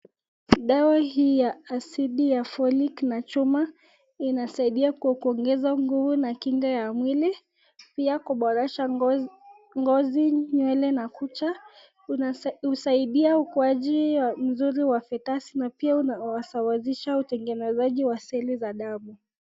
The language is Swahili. Dawa hii ya asidi na folic na chuma inasaidia kuongeza nguvu na kinga ya mwili, pia kuboresha ngozi nywele na kucha. Husaidia ukuaji mzuri wa fetasi na pia inasawazisha utengenezaji wa seli za damu.